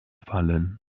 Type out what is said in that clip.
fallen